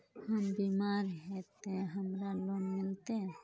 हम बीमार है ते हमरा लोन मिलते?